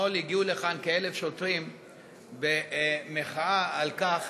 אתמול הגיעו לכאן כ-1,000 שוטרים במחאה על כך,